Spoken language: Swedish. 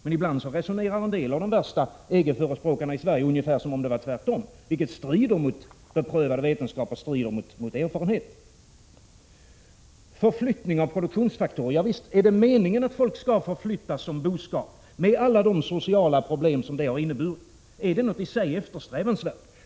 Men ibland resonerar en del av de värsta EG-förespråkarna i Sverige ungefär som om det var tvärtom, vilket strider mot beprövad vetenskap och erfarenhet. Förflyttning av produktionsfaktorer bejakar man. Är det meningen att folk skall förflyttas som boskap med alla de sociala problem som det har inneburit? Är det någonting i sig eftersträvansvärt?